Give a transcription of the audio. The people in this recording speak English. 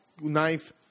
knife